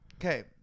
Okay